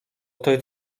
ktoś